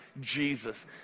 Jesus